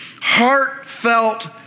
heartfelt